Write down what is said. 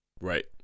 right